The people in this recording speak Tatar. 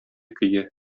көе